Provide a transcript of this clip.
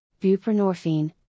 buprenorphine